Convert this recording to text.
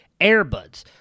Airbuds